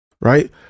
right